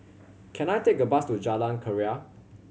can I take a bus to Jalan Keria